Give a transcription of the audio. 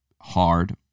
hard